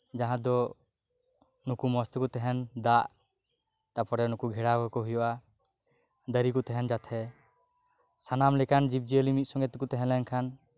ᱡᱟᱦᱟᱸ ᱫᱚ ᱱᱩᱠᱩ ᱢᱚᱸᱡᱽ ᱛᱮᱠᱚ ᱛᱟᱦᱮᱱ ᱫᱟᱜ ᱛᱟᱯᱚᱨᱮ ᱱᱩᱠᱩ ᱜᱷᱮᱨᱟᱣ ᱠᱟᱠᱚ ᱦᱩᱭᱩᱜᱼᱟ ᱫᱟᱨᱮ ᱠᱚ ᱛᱟᱦᱮᱱ ᱡᱟᱛᱮ ᱥᱟᱱᱟᱢ ᱞᱮᱠᱟᱱ ᱡᱤᱵ ᱡᱤᱭᱟᱹᱞᱤ ᱢᱤᱫ ᱥᱚᱸᱜᱮ ᱛᱮᱠᱚ ᱛᱟᱦᱮᱸᱞᱮᱱᱠᱷᱟᱱ